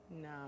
No